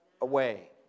away